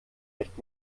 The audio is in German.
nicht